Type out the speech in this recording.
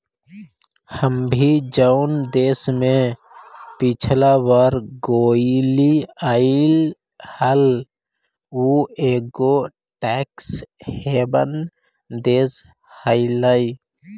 हम भी जऊन देश में पिछला बार गेलीअई हल ऊ एगो टैक्स हेवन देश हलई